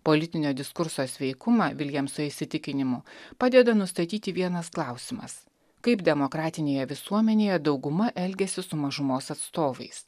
politinio diskurso sveikumą viljamso įsitikinimu padeda nustatyti vienas klausimas kaip demokratinėje visuomenėje dauguma elgiasi su mažumos atstovais